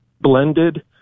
blended